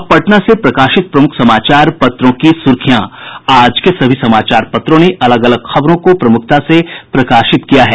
अब पटना से प्रकाशित प्रमुख समाचार पत्रों की सुर्खियां आज के सभी समाचार पत्रों ने अलग अलग खबरों को प्रमुखता से प्रकाशित किया है